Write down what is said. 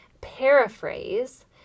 paraphrase